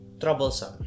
troublesome